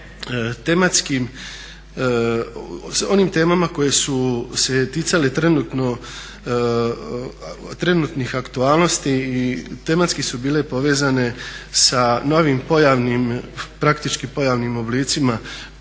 tematskim, sa onim temama koje su se ticale trenutnih aktualnosti i tematski su bile povezane sa novim pojavnim praktički pojavnim oblicima